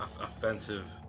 offensive